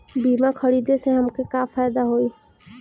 बीमा खरीदे से हमके का फायदा होई?